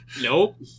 Nope